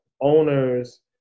owners